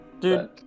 Dude